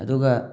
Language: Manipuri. ꯑꯗꯨꯒ